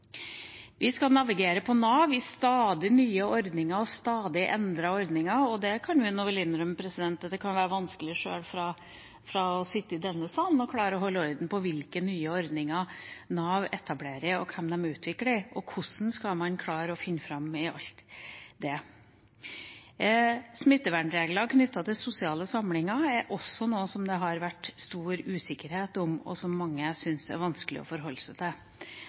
Vi skal navigere på Nav i stadig nye ordninger og stadig endrede ordninger, og det kan vi nok innrømme kan være vanskelig sjøl for oss som sitter i denne sal, å holde orden på hvilke nye ordninger Nav etablerer og hvilke de utvikler. Og hvordan skal man klare å finne fram i alt det? Smittevernregler knyttet til sosiale samlinger er også noe det har vært stor usikkerhet om, og som mange synes det er vanskelig å forholde seg til,